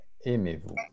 Aimez-vous